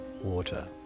water